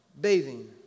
bathing